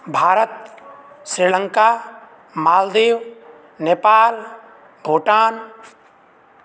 Bharat Sri Lanka Maldives Nepal Bhutan